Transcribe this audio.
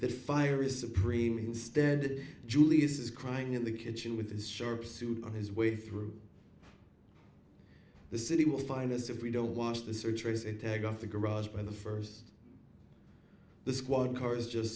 the fire is supreme instead julies is crying in the kitchen with his sharp suit on his way through the city will find us if we don't watch the searchers it tag off the garage by the first the squad cars just